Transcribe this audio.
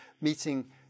meeting